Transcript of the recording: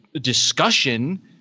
discussion